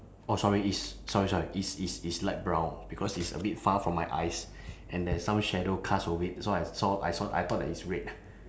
orh sorry it's sorry sorry it's it's it's light brown because it's a bit far from my eyes and there's some shadow cast over it so I saw I saw I thought that it's red